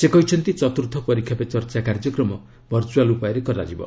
ସେ କହିଛନ୍ତି ଚତୁର୍ଥ 'ପରୀକ୍ଷା ପେ ଚର୍ଚ୍ଚା' କାର୍ଯ୍ୟକ୍ରମ ଭର୍ଚ୍ଚଆଲ୍ ଉପାୟରେ କରାଯିବ